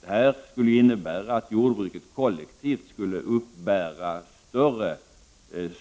Det förslaget skulle innebära att jordbruket kollektivt skulle uppbära större